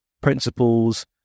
principles